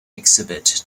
exhibit